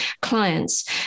clients